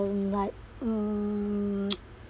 um like mm